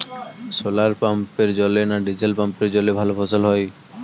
শোলার পাম্পের জলে না ডিজেল পাম্পের জলে ভালো ফসল হয়?